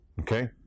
Okay